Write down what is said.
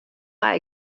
lei